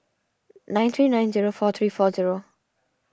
nine three nine zero four three four zero